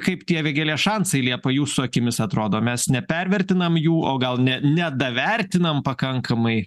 kaip tie vėgėlė šansai liepa jūsų akimis atrodo mes nepervertinam jų o gal ne nedavertinam pakankamai